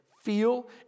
feel